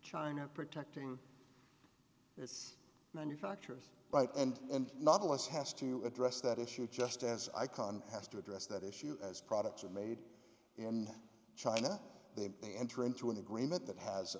china protecting it's manufacturers but and and novelists has to address that issue just as icon has to address that issue as products are made in china they enter into an agreement that has a